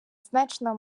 значно